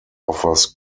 offers